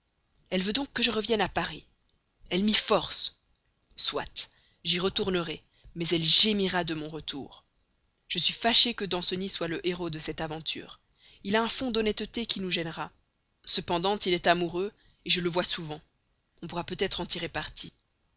elle veut donc que je revienne à paris elle m'y force soit j'y retournerai mais elle gémira de mon retour je suis fâché que danceny soit le héros de cette affaire il a un fond d'honnêteté qui nous gênera cependant il est amoureux je le vois souvent on pourra peut-être en tirer parti